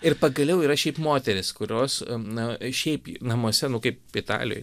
ir pagaliau yra šiaip moterys kurios na šiaip namuose nu kaip italijoj